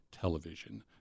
Television